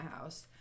house